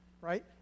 right